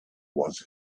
was